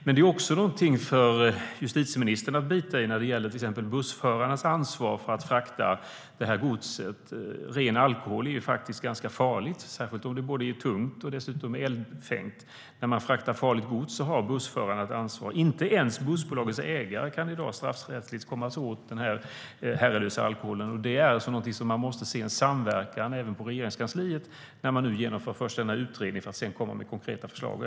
Exempelvis bussförarnas ansvar för att frakta godset är något för justitieministern att bita i. Ren alkohol är ganska farligt, eftersom det är både tungt och eldfängt. När man fraktar farligt gods har bussförarna ett ansvar. När det gäller den herrelösa alkoholen kan inte ens bussbolagets ägare kommas åt straffrättsligt i dag. Även på Regeringskansliet måste man se en samverkan när man nu först genomför denna utredning för att sedan komma med konkreta förslag.